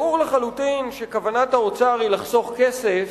ברור לחלוטין שכוונת האוצר היא לחסוך כסף.